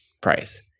price